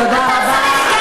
תודה רבה.